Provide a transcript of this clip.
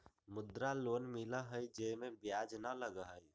मुद्रा लोन मिलहई जे में ब्याज न लगहई?